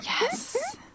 yes